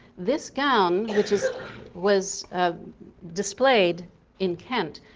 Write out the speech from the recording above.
this gown, which was was displayed in kent,